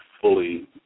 fully